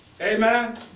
Amen